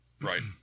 Right